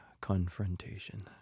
confrontation